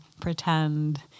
pretend